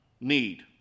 need